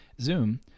Zoom